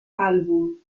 album